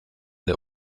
der